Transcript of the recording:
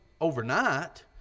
overnight